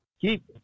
keep